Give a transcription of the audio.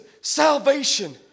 salvation